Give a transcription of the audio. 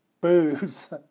boobs